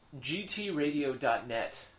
GTradio.net